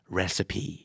recipe